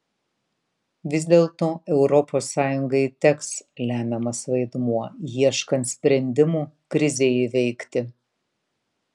vis dėlto europos sąjungai teks lemiamas vaidmuo ieškant sprendimų krizei įveikti